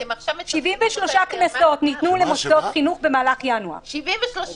73 קנסות הוטלו על מוסדות חינוך במהלך חודש ינואר.